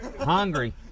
Hungry